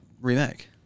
remake